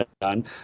done